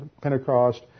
Pentecost